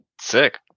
sick